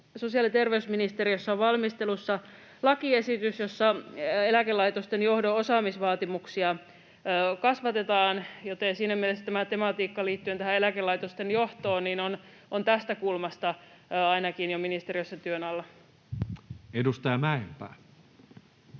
sosiaali‑ ja terveysministeriössä on valmistelussa lakiesitys, jossa eläkelaitosten johdon osaamisvaatimuksia kasvatetaan, joten siinä mielessä tämä tematiikka liittyen eläkelaitosten johtoon on ainakin tästä kulmasta jo ministeriössä työn alla. [Speech